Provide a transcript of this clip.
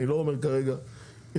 אני לא אומר כרגע את הפתרון.